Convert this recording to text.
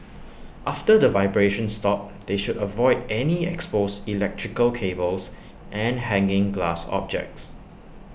after the vibrations stop they should avoid any exposed electrical cables and hanging glass objects